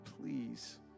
please